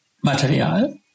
Material